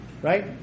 Right